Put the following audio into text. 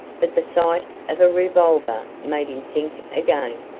but the sight of a revolver made him think again.